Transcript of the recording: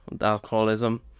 Alcoholism